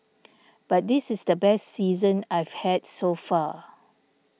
but this is the best season I've had so far